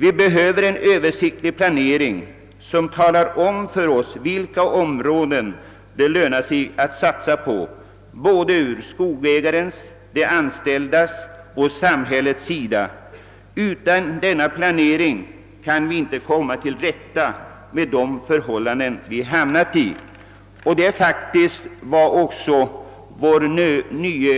Vi behöver en Översiktlig planering som anger vilka områden det lönar sig att satsa på ur både skogsägarnas, de anställdas och samhällets synpunkt. Utan en sådan planering kan vi inte komma till rätta med förhållandena. Detta har också den nye